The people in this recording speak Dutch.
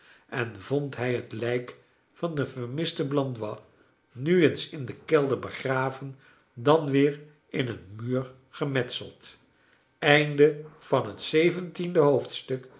en vond hij het lijk van den vermisten blandois nu eeas in den kelder begraven dan weer in een muur gemetseld